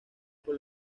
por